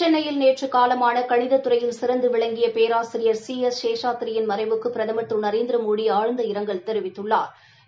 சென்னையில் நேற்று காலமான கணிதத் துறையில் சிறந்து விளங்கிய பேராசிரியர் சி எஸ் சேஷாத்ரியின் மறைவுக்கு பிரதமா் திரு நரேந்திர மோடி ஆழ்ந்த இரங்கல் தெரிவித்துள்ளாா்